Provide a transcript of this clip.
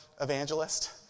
evangelist